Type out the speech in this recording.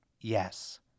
Yes